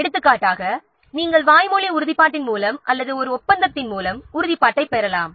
எடுத்துக்காட்டாக நீங்கள் வாய்மொழி உறுதிப்பாட்டின் மூலம் அல்லது ஒரு ஒப்பந்தத்தின் மூலம் உறுதிப்பாட்டைப் பெறலாம்